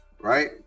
Right